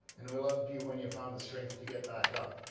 and we loved you when you found the strength to get back up